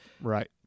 Right